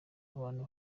abantu